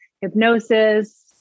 hypnosis